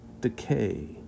decay